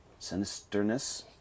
sinisterness